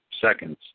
seconds